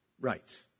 right